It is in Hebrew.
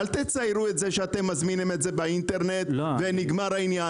אל תציירו את זה שאתם מזמינים את זה באינטרנט ונגמר העניין,